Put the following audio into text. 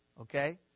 okay